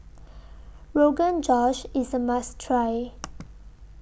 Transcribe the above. Rogan Josh IS A must Try